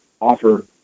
offer